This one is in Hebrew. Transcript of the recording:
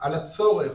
על הצורך